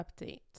update